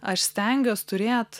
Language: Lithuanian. aš stengiuos turėt